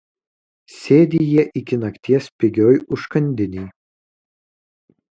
sėdi jie iki nakties pigioj užkandinėj